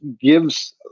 gives